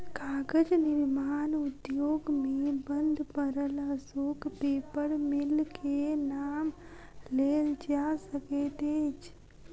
कागज निर्माण उद्योग मे बंद पड़ल अशोक पेपर मिल के नाम लेल जा सकैत अछि